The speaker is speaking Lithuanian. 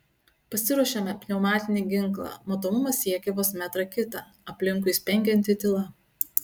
pasiruošiame pneumatinį ginklą matomumas siekia vos metrą kitą aplinkui spengianti tyla